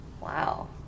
wow